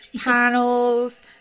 panels